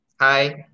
Hi